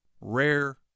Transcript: rare